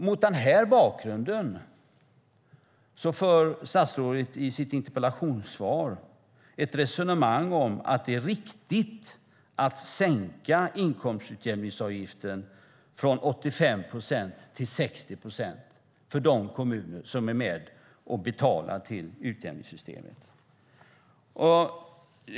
Mot den här bakgrunden för statsrådet i sitt interpellationssvar ett resonemang om att det är riktigt att sänka inkomstutjämningsavgiften från 85 procent till 60 procent för de kommuner som är med och betalar till utjämningssystemet.